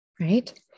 right